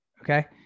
Okay